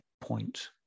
point